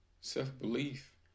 self-belief